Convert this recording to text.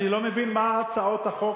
אני לא מבין מה הצעות החוק,